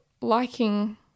liking